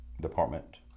department